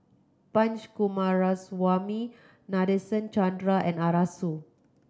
Punch Coomaraswamy Nadasen Chandra and Arasu